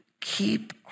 keep